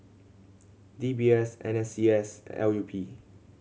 D B S N S C S L U P